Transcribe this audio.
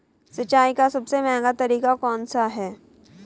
सिंचाई का सबसे महंगा तरीका कौन सा है?